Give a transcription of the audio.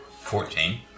Fourteen